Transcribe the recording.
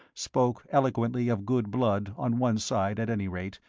spoke eloquently of good blood on one side at any rate,